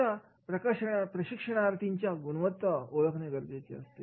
आता प्रशिक्षणार्थींच्या गुणवत्ता ओळखणे गरजेचे असते